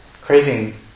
craving